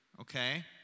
okay